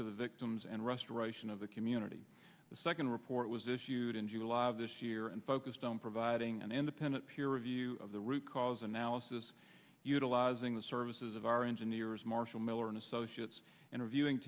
to the victims and restoration of the community the second report was issued in july of this year and focused on providing an independent peer review of the root cause analysis utilizing the services of our engineers marshall miller and associates interviewing